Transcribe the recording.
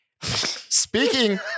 Speaking